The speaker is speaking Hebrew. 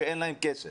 שאין להם כסף,